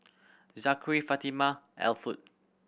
Zakary Fatima Elwood